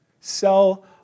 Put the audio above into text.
Sell